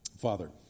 Father